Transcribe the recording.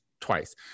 twice